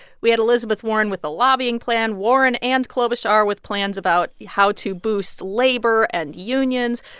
we had elizabeth warren with a lobbying plan. warren and klobuchar with plans about how to boost labor and unions.